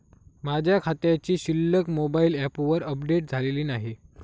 माझ्या खात्याची शिल्लक मोबाइल ॲपवर अपडेट झालेली नाही